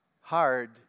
hard